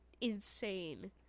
insane